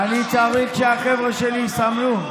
אני צריך שהחבר'ה שלי יסמנו.